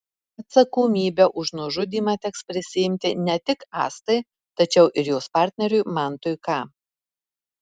atsakomybę už nužudymą teks prisiimti ne tik astai tačiau ir jos partneriui mantui k